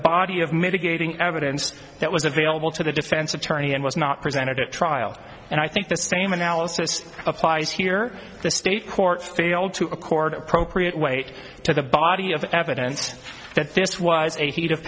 body of mitigating evidence that was available to the defense attorney and was not presented at trial and i think the same analysis applies here the state court failed to accord appropriate weight to the body of evidence that this was a heat of